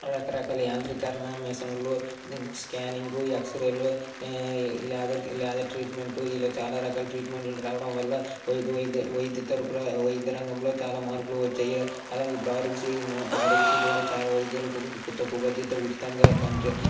రకరకాల యాంత్రికరణ మిషన్లు స్కానింగ్ ఎక్సరేలు లేజర్ లేజర్ ట్రీట్మెంట్ ఇలా చాలా రకాల ట్రీట్మెంట్లు రావడం వల్ల వైద్య వైద్య వైద్య వైద్య రంగంలో చాలా మార్పులు వచ్చాయి అలాగే ఇప్పుడు ఆరోగ్యశ్రీ ఆరోగ్యశ్రీ ద్వారా చాలా వైద్యాలకు ఉచిత ఉచితంగా కంటి